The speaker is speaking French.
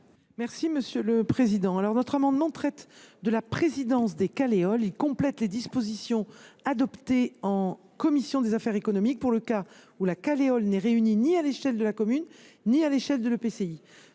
Mme la ministre déléguée. Cet amendement traite de la présidence des Caleol. Il vise à compléter les dispositions adoptées en commission des affaires économiques pour le cas où la Caleol n’est réunie ni à l’échelle de la commune ni à l’échelle de l’EPCI.